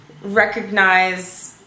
recognize